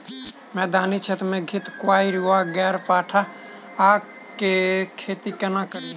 मैदानी क्षेत्र मे घृतक्वाइर वा ग्यारपाठा केँ खेती कोना कड़ी?